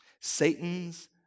Satan's